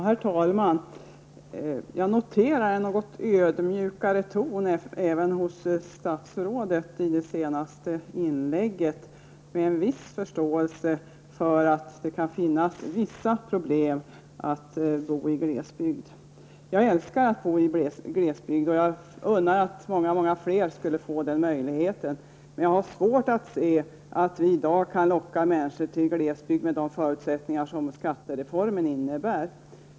Herr talman! Jag noterar en något ödmjukare ton även hos statsrådet i det senaste inlägget och viss förståelse för att det kan finnas problem med att bo i glesbygd. Jag älskar att bo i glesbygd, och jag önskar att många fler skulle få den möjligheten. Men jag har svårt att se att vi i dag kan locka människor till en glesbygd med de förutsättningar som skattereformen innebär.